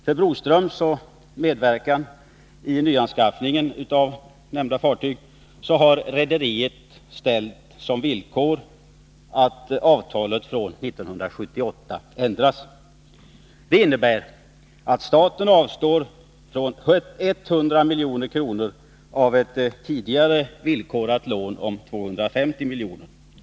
För att Broströms skall medverka i nyanskaffningen av = nämnda fartyg har rederiet ställt som villkor att avtalet från 1978 ändras. Det Överenskommelse innebär att staten avstår från 100 milj.kr. av ett tidigare villkorligt lån på 250 mellan staten och milj.kr.